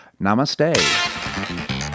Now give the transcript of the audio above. Namaste